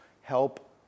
help